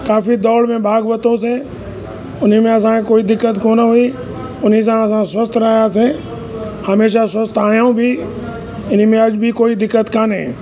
काफ़ी दौड़ में भाॻु वरितोसि उन में असांखे कोई दिक़त कोन हुई उन सां असां स्वस्थ रहियासीं हमेशह स्वस्थ आहियूं बि इन बि अॼु बि कोई दिक़त कोन्हे